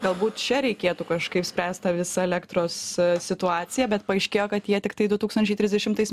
galbūt čia reikėtų kažkaip spręst tą visą elektros situaciją bet paaiškėjo kad jie tiktai tu tūkstančiai trisdešimtais